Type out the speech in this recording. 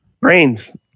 Brains